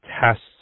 tests